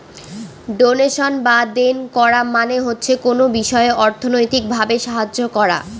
donation বা দেন করা মানে হচ্ছে কোনো বিষয়ে অর্থনৈতিক ভাবে সাহায্য করা